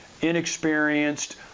inexperienced